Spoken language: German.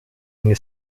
eine